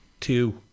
two